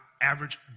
average